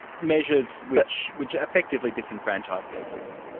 measures which which effectively disenfranchise people.